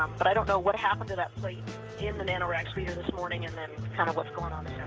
but i don't know what happened to that plate in the nanoracks reader this morning and then kind of what's going on this yeah